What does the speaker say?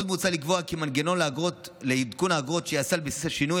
עוד מוצע לקבוע כי המנגנון לעדכון האגרות ייעשה על בסיס השינוי